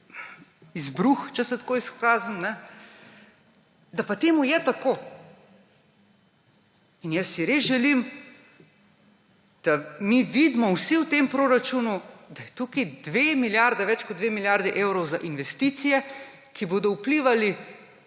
izbruh, če se tako izrazim, da pa temu je tako. Res si želim, da mi vidimo vsi v tem proračunu, da je tukaj dve milijardi, več kot dve milijardi evrov za investicije, ki bodo vplivale